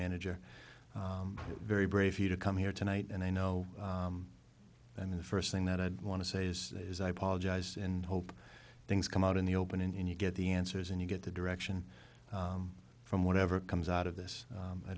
manager very brave to come here tonight and i know i mean the first thing that i'd want to say is is i apologize and hope things come out in the open and you get the answers and you get the direction from whatever comes out of this